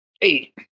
Eight